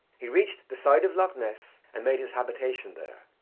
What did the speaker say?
he reached the side of loch ness and made his habitation there.